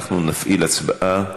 נפעיל הצבעה.